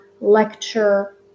Lecture